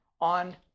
on